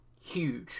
huge